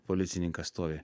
policininkas stovi